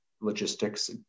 logistics